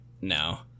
no